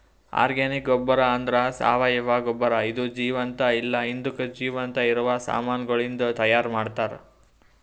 organic ಗೊಬ್ಬರ ಅಂದ್ರ ಸಾವಯವ ಗೊಬ್ಬರ ಇದು ಜೀವಂತ ಇಲ್ಲ ಹಿಂದುಕ್ ಜೀವಂತ ಇರವ ಸಾಮಾನಗಳಿಂದ್ ತೈಯಾರ್ ಮಾಡ್ತರ್